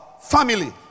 family